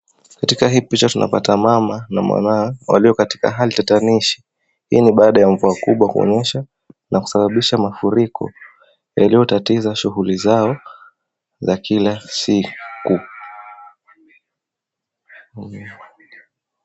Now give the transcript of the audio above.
Katika hii picha tunapata mama na mwanawe walio katika Hali tatanishi. Hii ni baada ya mvua mingi kunyesha na kusababisha mafuriko iliyo tatiza shughuli zao za kila siku.